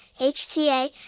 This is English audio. HTA